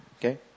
Okay